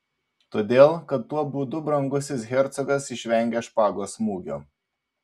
todėl kad tuo būdu brangusis hercogas išvengia špagos smūgio